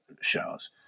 shows